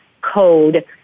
code